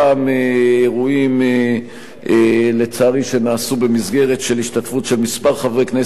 אירועים שנעשו במסגרת של השתתפות של כמה חברי כנסת,